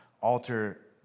Alter